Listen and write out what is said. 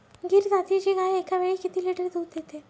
गीर जातीची गाय एकावेळी किती लिटर दूध देते?